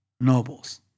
nobles